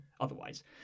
otherwise